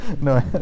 No